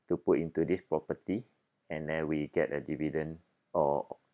to put into this property and then we get a dividend or